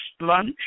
lunch